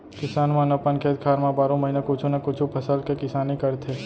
किसान मन अपन खेत खार म बारो महिना कुछु न कुछु फसल के किसानी करथे